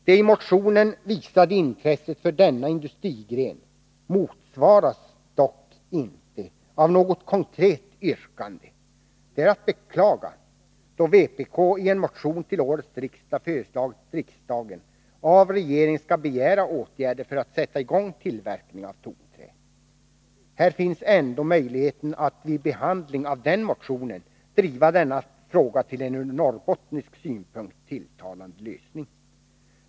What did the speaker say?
Det i motionen visade intresset för denna industrigren motsvaras dock inte av något konkret yrkande. Detta är att beklaga då vpk i en motion till årets riksdag föreslagit att riksdagen av regeringen skall begära åtgärder för att sätta i gång tillverkning av tonträ. Här finns ändå möjligheten att vid behandling av den motionen driva denna fråga till en ur norrbottnisk synpunkt tilltalande lösning.